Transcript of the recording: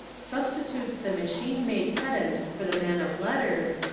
substitutes the machine-made pedant for the man of letters,